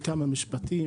בכמה משפטים,